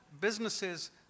businesses